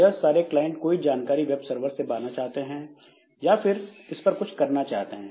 यह सारे क्लाइंट कोई जानकारी वेब सर्वर से पाना चाहते हैं या फिर इस पर कुछ करना चाहते हैं